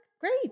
Great